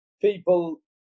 people